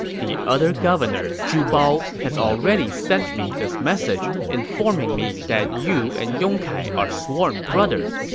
the other governor, zhu bao, has already sent me this message, informing me that you and yong kai are sworn brothers.